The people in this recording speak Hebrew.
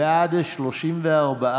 קודם כול,